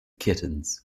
kittens